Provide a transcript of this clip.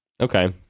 okay